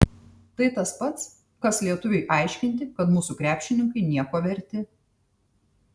tai tas pats kas lietuviui aiškinti kad mūsų krepšininkai nieko verti